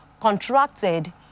contracted